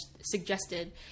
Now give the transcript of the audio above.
suggested